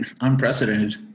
unprecedented